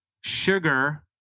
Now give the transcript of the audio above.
sugar